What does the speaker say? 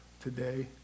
today